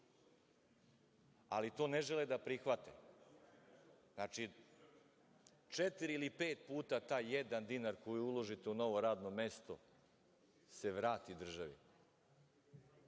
ali to ne žele da prihvate. Znači, četiri ili pet puta taj jedan dinar koji uložite u novo radno mesto se vrati državi. Zato